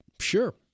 Sure